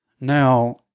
Now